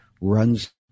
runs